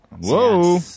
Whoa